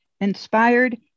inspired